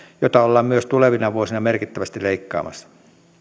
jota ollaan myös tulevina vuosina merkittävästi leikkaamassa